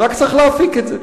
ורק צריך להפיק את זה.